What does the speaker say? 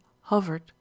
hovered